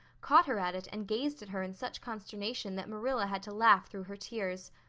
caught her at it and gazed at her in such consternation that marilla had to laugh through her tears.